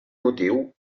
motiu